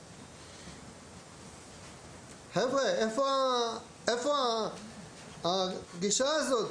חבר'ה, איפה הגישה הזאת?